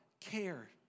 care